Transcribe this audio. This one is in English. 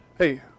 Hey